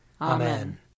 Amen